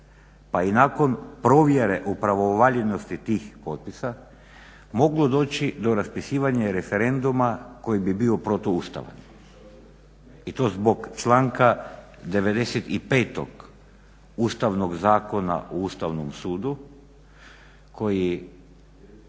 pa i nakon provjere o pravovaljanosti tih potpisa moglo doći do raspisivanja i referenduma koji bi bio protuustavan i to zbog članka 95. Ustavnog zakona o Ustavnom sudu koji